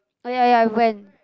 oh ya ya I went